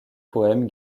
poème